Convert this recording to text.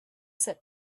said